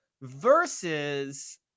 versus